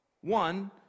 One